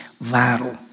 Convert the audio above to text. vital